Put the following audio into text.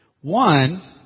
One